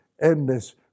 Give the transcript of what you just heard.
endless